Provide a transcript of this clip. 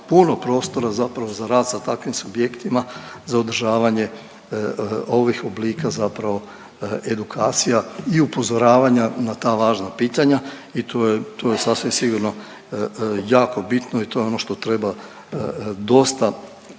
puno prostora zapravo za rad sa takvim subjektima za održavanje ovih oblika zapravo edukacija i upozoravanja na ta važna pitanja i to je, to je sasvim sigurno jako bitno i to je ono što treba dosta,